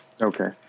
Okay